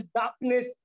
darkness